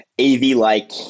AV-like